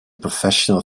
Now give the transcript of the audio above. professional